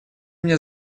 мне